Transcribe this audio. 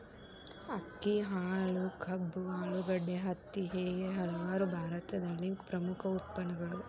ಅಕ್ಕಿ, ಹಾಲು, ಕಬ್ಬು, ಆಲೂಗಡ್ಡೆ, ಹತ್ತಿ ಹೇಗೆ ಹಲವಾರು ಭಾರತದಲ್ಲಿ ಪ್ರಮುಖ ಉತ್ಪನ್ನಗಳು